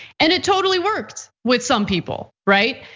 and it totally worked with some people, right?